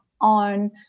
on